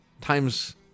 times –